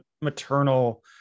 maternal